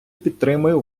підтримую